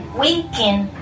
winking